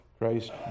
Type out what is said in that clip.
Christ